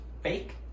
fake